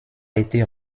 été